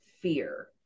fear